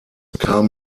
kam